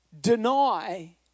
deny